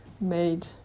made